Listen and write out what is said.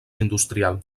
industrial